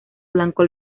blanco